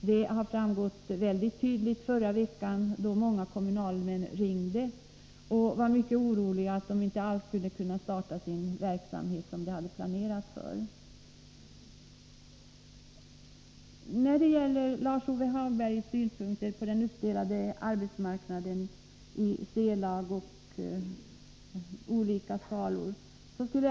Det framgick väldigt tydligt under förra veckan, då många kommunalmän ringde och var mycket oroliga för att de inte alls skulle kunna börja sin verksamhet så som de hade planerat. Vidare anförde Lars-Ove Hagberg synpunkter på den uppdelade arbetsmarknaden. Han talade om C-lag och om olika skalor.